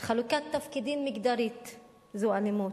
חלוקת תפקידים מגדרית זו אלימות.